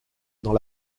dans